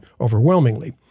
overwhelmingly